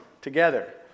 together